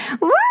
woo